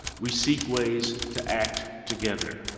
we seek ways to act together.